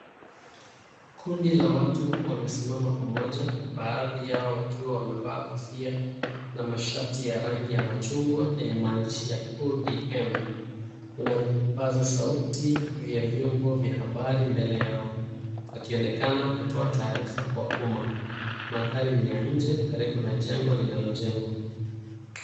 Kundi la watu wamesimama pamoja, baadhi yao wakiwa wamevaa kofia na mashati ya rangi ya machungwa yenye maandishi ya ODM. Wana vipaza sauti vya vyombo vya habari mbele yao, wakionekana kutoa taarifa kwa umma. Mandhari ni ya nje karibu na jengo linalojengwa.